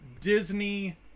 Disney